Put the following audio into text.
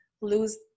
lose